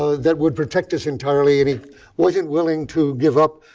that would protect us entirely and he wasn't willing to give up.